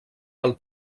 pel